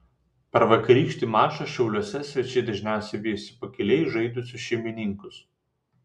per vakarykštį mačą šiauliuose svečiai dažniausiai vijosi pakiliai žaidusius šeimininkus